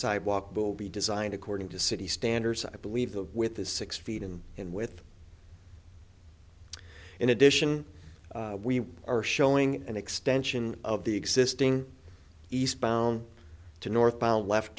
sidewalk will be designed according to city standards i believe that with this six feet and in with in addition we are showing an extension of the existing eastbound to northbound left